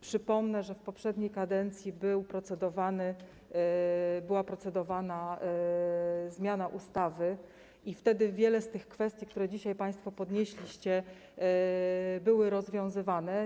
Przypomnę, że w poprzedniej kadencji była procedowana zmiana ustawy, i wtedy wiele z tych kwestii, które dzisiaj państwo podnieśliście, było rozwiązywanych.